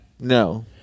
No